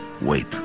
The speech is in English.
wait